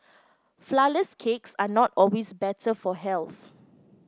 flourless cakes are not always better for health